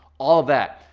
all of that.